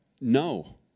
No